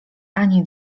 ani